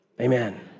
Amen